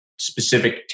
specific